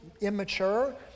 immature